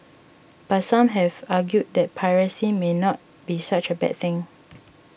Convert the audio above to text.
but some have argued that piracy may not be such a bad thing